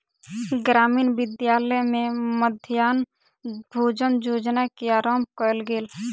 ग्रामीण विद्यालय में मध्याह्न भोजन योजना के आरम्भ कयल गेल